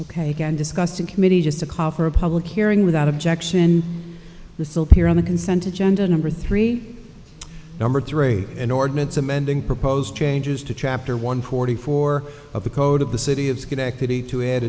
ok again discussed in committee just a call for a public hearing without objection the still here on the consent agenda number three number three an ordinance amending proposed changes to chapter one forty four of the code of the city of schenectady to a